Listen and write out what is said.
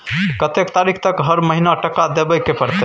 कत्ते तारीख तक हर महीना टका देबै के परतै?